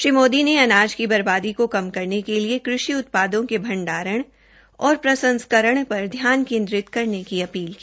श्री मोदी ने अनाज की बर्बादी को कम करने के लिए कृषि उत्पादों के भण्डारण और प्रसंस्करण पर ध्यान केन्द्रित करने की अपील की